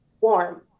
warm